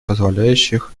позволяющих